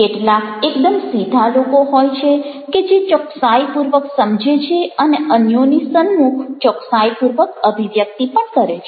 કેટલાક એકદમ સીધા લોકો હોય છે કે જે ચોકસાઈપૂર્વક સમજે છે અને અન્યોની સન્મુખ ચોકસાઈપૂર્વક અભિવ્યક્તિ પણ કરે છે